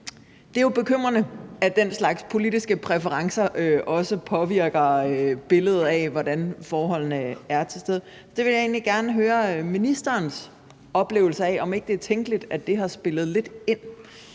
Det er jo bekymrende, at den slags politiske præferencer også påvirker billedet af, hvordan forholdene er sådan et sted, og jeg vil egentlig gerne høre ministerens oplevelse af det, altså om ikke det er tænkeligt, at det har spillet lidt ind.